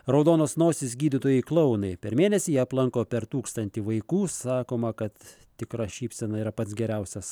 raudonos nosys gydytojai klounai per mėnesį jie aplanko per tūkstantį vaikų sakoma kad tikra šypsena yra pats geriausias